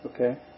Okay